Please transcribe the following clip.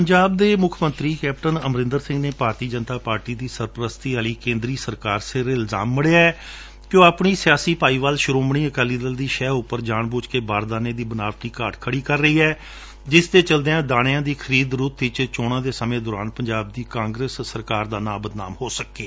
ਪੰਜਾਬ ਦੇ ਮੁੱਖਮੰਤਰੀ ਕੈਪਟਨ ਅਮਰੰਦਰ ਸੰਘ ਨੇ ਭਾਰਤੀ ਜਨਤਾ ਪਾਰਟੀ ਦੀ ਸਰਪ੍ਰਸਤੀ ਨਾਲ ਕੇਂਦਰ ਸਰਕਾਰ ਸਿਰ ਇਲਜਾਮ ਮੜਿਐ ਕਿ ਉਹ ਆਪਣੀ ਸਿਆਸੀ ਭਾਈਵਾਲ ਸ਼ਰੋਮਣੀ ਅਕਾਲੀ ਦਲ ਦੀ ਸ਼ਹਿ ਉਪਰ ਜਾਣਬੁੱਝ ਕੇ ਬਾਰਦਾਨੇ ਦੀ ਬਣਾਵਟੀ ਘਾਟ ਖੜੀ ਕਰ ਰਹੀ ਹੈ ਜਿਸਦੇ ਚਲਦਿਆਂ ਦਾਣਿਆਂ ਦੀ ਖਰੀਦ ਰੁੱਤ ਵਿੱਚ ਚੋਣਾਂ ਸਮੇਂ ਦੌਰਾਨ ਪੰਜਾਬ ਦੀ ਕਾਂਗਰਸ ਸਰਕਾਰ ਦਾ ਨਾਓ ਬਦਨਾਮ ਹੋ ਸਕੇ